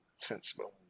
sensible